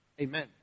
Amen